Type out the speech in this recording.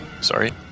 sorry